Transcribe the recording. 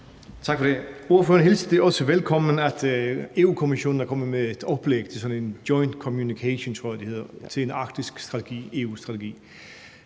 Tak for det. Ordføreren hilste det også velkommen, at Europa-Kommissionen er kommet med et oplæg til sådan en joint communication, tror jeg det hedder, til en arktisk strategi,